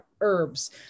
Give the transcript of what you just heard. herbs